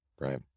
Right